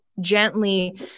gently